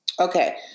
Okay